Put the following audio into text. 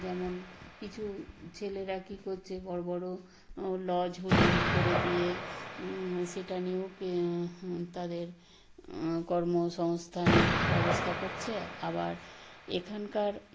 যেমন কিছু ছেলেরা কি করছে বড় বড় লজ হোটেল করে দিয়ে সেটা নিয়েও কে তাদের কর্মসংস্থানের ব্যবস্থা কচ্ছে আবার এখানকার